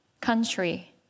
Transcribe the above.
Country